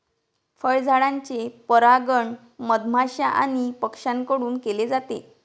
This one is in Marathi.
फळझाडांचे परागण मधमाश्या आणि पक्ष्यांकडून केले जाते